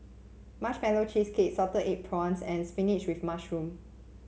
Marshmallow Cheesecake Salted Egg Prawns and spinach with mushroom